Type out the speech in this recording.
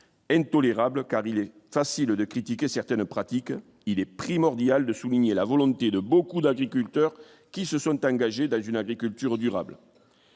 intolérable car il est facile de critiquer certaines pratiques, il est primordial de souligner la volonté de beaucoup d'agriculteurs qui se sont engagés dans une agriculture durable